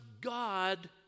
God